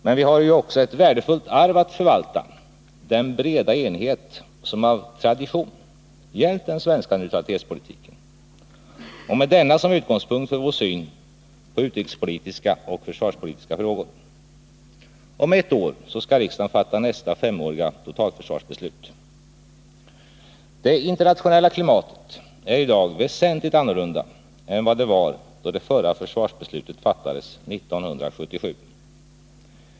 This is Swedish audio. Men vi har också ett värdefullt arv att förvalta: den breda enighet som av tradition gällt den svenska neutralitetspolitiken — och med denna som utgångspunkt vår syn på utrikespolitiska och försvarspolitiska frågor. Om ett år skall riksdagen fatta nästa femåriga totalförsvarsbeslut. Det internationella klimatet är i dag väsentligt annorlunda än det var då det förra försvarsbeslutet fattades 1977.